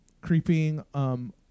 creeping